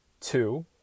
two